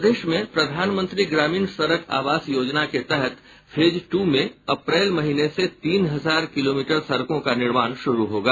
प्रदेश में प्रधानमंत्री ग्रामीण सड़क आवास योजना के तहत फेज टू में अप्रैल महीने से तीन हजार किलोमीटर सड़कों का निर्माण शुरू होगा